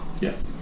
yes